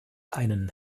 einen